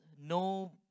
no